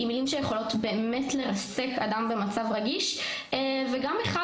עם מילים שיכולות באמת לרסק אדם במצב רגיש וגם אחד,